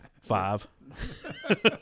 Five